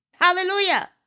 Hallelujah